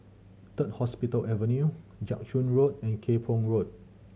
Third Hospital Avenue Jiak Chuan Road and Kay Poh Road